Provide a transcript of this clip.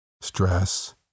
stress